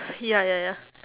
ya ya ya